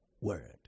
word